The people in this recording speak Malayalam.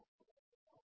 ഇതാണ് അതിന്റെ മൂല്യം